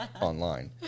online